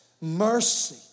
mercy